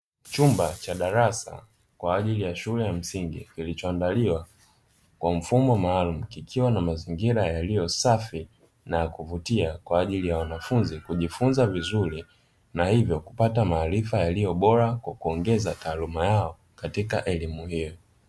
Chumba cha darasa kwa ajili ya shule ya msingi, kilichoandaliwa kwa mfumo maalumu, kikiwa na mazingira yaliyo safi, na ya kuvutia kwa ajili ya wanafunzi kujifunza vizuri na hivyo kupata maarifa yaliyobora, kwa kuongeza taaluma yao katika elimu hiyo.